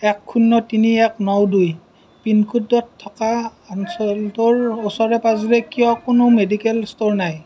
এক শূন্য তিনি এক ন দুই পিনক'ডত থকা অঞ্চলটোৰ ওচৰে পাঁজৰে কিয় কোনো মেডিকেল ষ্ট'ৰ নাই